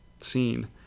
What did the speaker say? scene